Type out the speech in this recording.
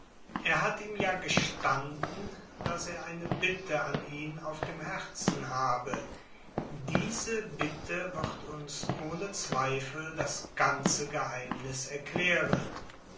er hat ihm ja gestanden daß er eine bitte an ihn auf dem herzen habe diese bitte wird uns ohne zweifel das ganze geheimnis erklären